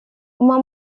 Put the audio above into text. uma